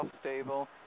stable